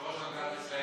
יושב-ראש אגודת ישראל,